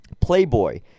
playboy